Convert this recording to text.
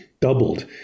doubled